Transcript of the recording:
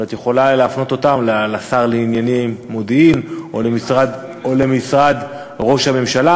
אבל את יכולה להפנות אותם לשר לענייני מודיעין או למשרד ראש הממשלה.